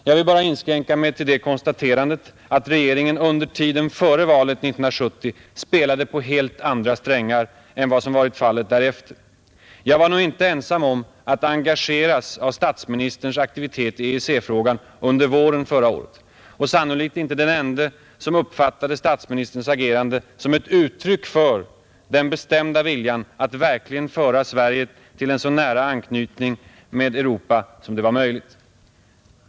Jag vill bara inskränka mig till det konstaterandet att regeringen under tiden före valet 1970 spelade på helt andra strängar än vad som varit fallet därefter. Jag var nog inte ensam om att engageras av statsministerns aktivitet i EEC-frågan under våren förra året och sannolikt inte den ende som uppfattade statsministerns agerande som ett uttryck för den bestämda viljan att verkligen föra Sverige till en så nära anknytning med Europa som det var möjligt.